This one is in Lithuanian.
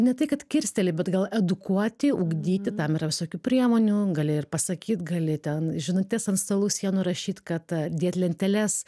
ne tai kad kirsteli bet gal edukuoti ugdyti tam yra visokių priemonių gali ir pasakyt gali ten žinutes ant stalų sienų rašyt kad dėt lenteles